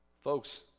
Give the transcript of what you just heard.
Folks